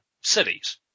cities